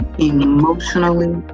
emotionally